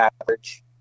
average